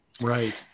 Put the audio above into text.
right